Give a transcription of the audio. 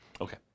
Okay